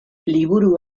liburu